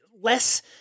Less